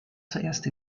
zuerst